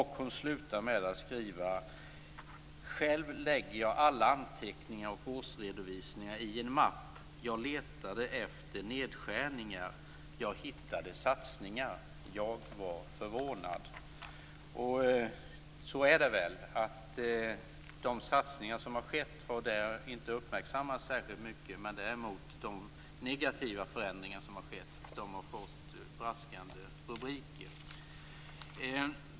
Hon avslutar med att skriva: Själv lägger jag alla anteckningar och årsredovisningar i en mapp. Jag letade efter nedskärningar. Jag hittade satsningar. Jag var förvånad. Det är väl så att de satsningar som har skett inte har uppmärksammats särskilt mycket, medan däremot de negativa förändringar som har skett har fått braskande rubriker.